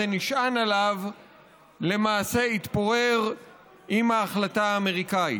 נשען עליו למעשה יתפורר עם ההחלטה האמריקנית.